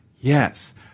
Yes